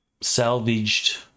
salvaged